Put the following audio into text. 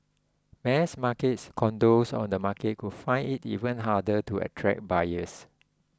mass markets condos on the market could find it even harder to attract buyers